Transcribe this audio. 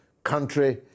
country